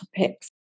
topics